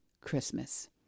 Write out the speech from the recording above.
Christmas